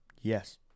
Yes